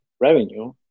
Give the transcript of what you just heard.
revenue